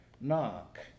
knock